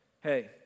Hey